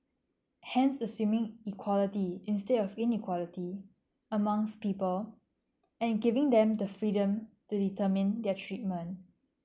hence assuming equality instead of inequality amongst people and giving them the freedom to determine their treatment